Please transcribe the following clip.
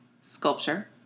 sculpture